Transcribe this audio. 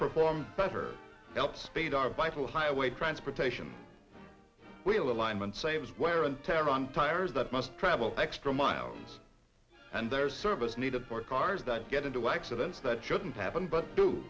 perform better help speed our vital highway transportation wheel alignment saves wear and tear on tires that must travel extra miles and there are service needed for cars that get into accidents that shouldn't happen but do